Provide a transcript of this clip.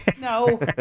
No